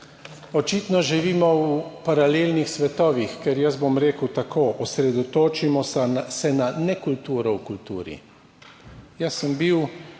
Očitno živimo v paralelnih svetovih, ker jaz bom rekel tako: osredotočimo na nekulturo v kulturi. Jaz sem bil